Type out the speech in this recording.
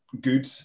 good